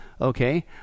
Okay